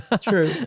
True